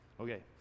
okay